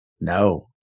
No